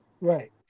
Right